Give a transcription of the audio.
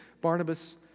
Barnabas